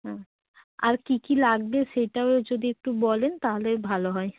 হুম আর কী কী লাগবে সেইটাও যদি একটু বলেন তাহলে ভালো হয়